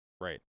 Right